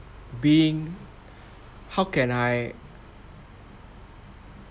being how can I